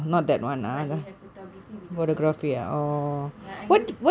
no but they have photography videography club but I know